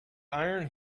iron